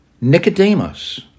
Nicodemus